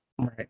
Right